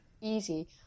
easy